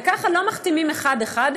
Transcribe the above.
וככה לא מחתימים אחד-אחד,